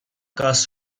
każ